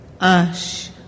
ash